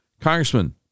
congressman